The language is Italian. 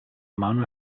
mano